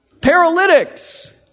paralytics